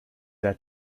their